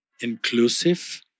inclusive